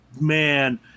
man